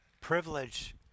privilege